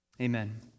amen